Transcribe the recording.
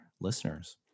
listeners